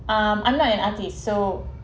um not an artist so